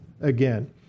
again